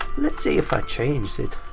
let's see if i changed it.